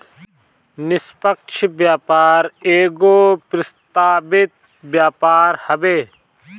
निष्पक्ष व्यापार एगो प्रस्तावित व्यापार हवे